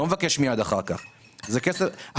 אם החייל